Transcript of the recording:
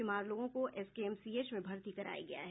बीमार लोगों को एसकेएमसीएच में भर्ती कराया गया है